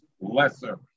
lesser